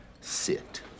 sit